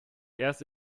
erst